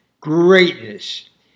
greatness